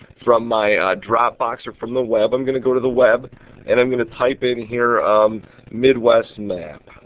from my dropbox or from the web. i'm going to go to the web and i'm going to type in here midwest map.